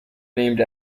named